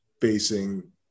facing